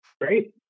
Great